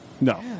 No